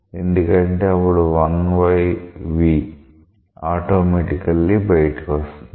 ఎందుకంటే అప్పుడు ఆటోమాటికెల్లి బయటికి వస్తుంది